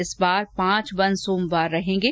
इस बार पांच वन सोमवार रहेंगे